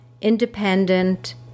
independent